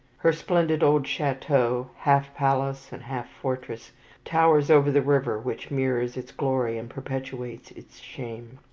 her splendid old chateau half palace and half fortress towers over the river which mirrors its glory and perpetuates its shame.